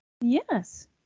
Yes